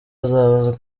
azabazwa